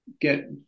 get